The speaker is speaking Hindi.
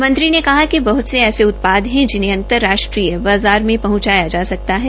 मंत्री ने कहा कि बहत से ऐसे उत्पाद है जिन्हे अंतर राष्ट्रीय बाज़ार में पहचाया जा सकता है